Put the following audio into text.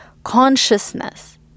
consciousness